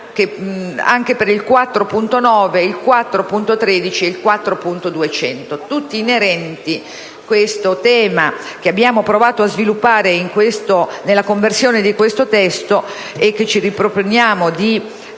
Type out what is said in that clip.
anche degli emendamenti 4.9 e 4.200, tutti inerenti al tema che abbiamo provato a sviluppare nella conversione di questo testo e che ci riproponiamo di